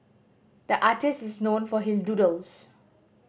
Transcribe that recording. the artist is known for his doodles